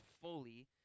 fully